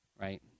right